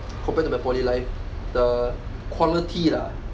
compared to the poly life the quality lah